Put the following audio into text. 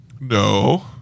No